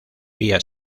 vía